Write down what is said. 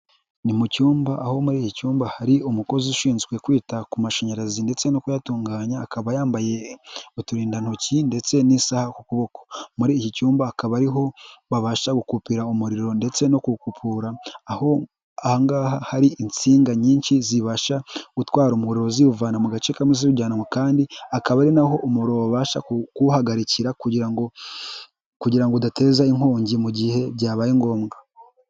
Ni mu cyumba aho muri iki cyumba hari umukozi ushinzwe kwita ku mashanyarazi ndetse no kuyatunganya, akaba yambaye uturindantoki ndetse n'isaha ku kuboko. Muri iki cyumba akaba ariho wabasha gukupira umuriro ndetse no kuwukupura. Aho hangaha hari insinga nyinshi zibasha gutwara umuriro ziwuvana mu gace kamwe ziwujyanwa mu kandi, akaba ari naho umuriro wabasha kuwuhagarikira kugira kugira ngo udateza inkongi mu gihe byabaye ngombwa.